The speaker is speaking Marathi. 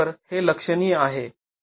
तर हे लक्षणीय आहे